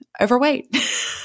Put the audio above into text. overweight